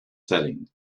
setting